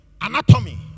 anatomy